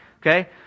okay